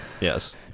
yes